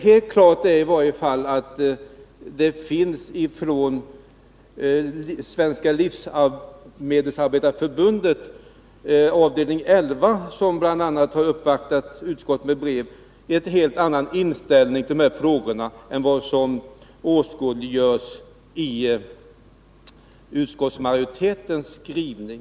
Helt klart är i varje fall att det inom Svenska livsmedelsarbetareförbundet, avdelning 11, som bl.a. har uppvaktat utskottet med brev, finns en helt annan inställning till de här frågorna än vad som åskådliggörs i utskottsmajoritetens skrivning.